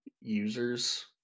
users